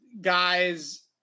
guys